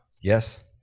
Yes